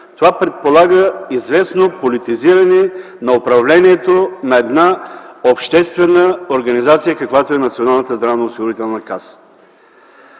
това предполага известно политизиране на управлението на една обществена организация, каквато е Националната здравноосигурителна каса.